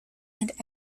and